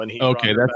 Okay